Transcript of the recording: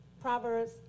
Proverbs